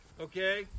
Okay